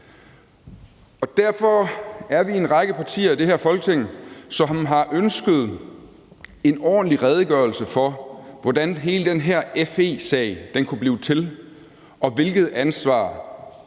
Derfor er vi en række partier i det her Folketing, som har ønsket en ordentlig redegørelse for, hvordan hele den her FE-sag kunne blive til, og hvilket ansvar